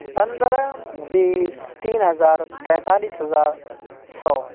پندرہ بیس تین ہزار پینتالیس ہزار سو